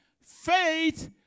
faith